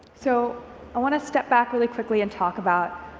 so i want to step back really quickly and talk about,